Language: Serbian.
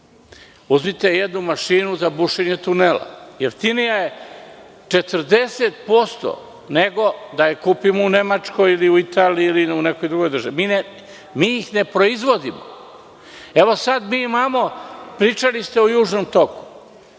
Uzmite jednu mašinu za bušenje tunela. Jeftinija je 40% nego da je kupimo u Nemačkoj ili Italiji ili nekoj drugoj državi. Mi ih ne proizvodimo. Pričali ste o Južnom toku.